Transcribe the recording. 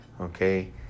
Okay